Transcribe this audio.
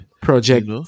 project